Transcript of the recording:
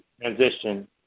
transition